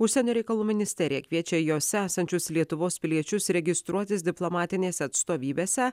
užsienio reikalų ministerija kviečia jose esančius lietuvos piliečius registruotis diplomatinėse atstovybėse